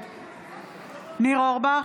נגד ניר אורבך,